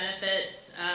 benefits